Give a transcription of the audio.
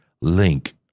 Link